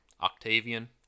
Octavian